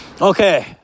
Okay